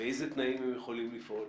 באילו תנאים הם יכולים לפעול?